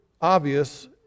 obvious